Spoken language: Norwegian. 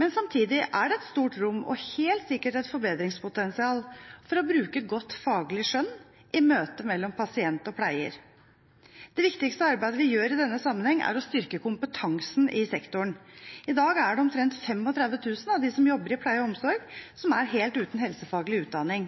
Men samtidig er det stort rom – og helt sikkert et forbedringspotensial – for å bruke godt faglig skjønn i møtet mellom pasient og pleier. Det viktigste arbeidet vi gjør i denne sammenheng, er å styrke kompetansen i sektoren. I dag er omtrent 35 000 av dem som jobber i pleie og omsorg, helt uten helsefaglig utdanning.